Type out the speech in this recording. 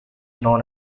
known